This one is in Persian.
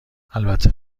البته